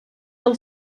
del